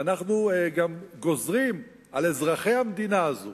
ואנחנו גם גוזרים על אזרחי המדינה הזו